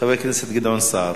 חבר הכנסת גדעון סער.